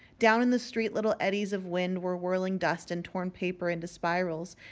down in the street little eddies of wind were whirling dust and torn paper into spirals,